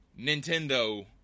Nintendo